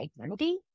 identity